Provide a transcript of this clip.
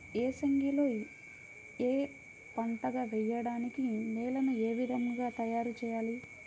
ఏసంగిలో ఏక పంటగ వెయడానికి నేలను ఏ విధముగా తయారుచేయాలి?